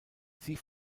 sie